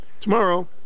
tomorrow